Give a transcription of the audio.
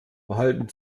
behalten